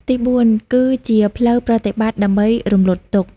ទីបួន គឺ ជាផ្លូវប្រតិបត្តិដើម្បីរំលត់ទុក្ខ។